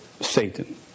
Satan